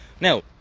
Now